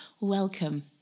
welcome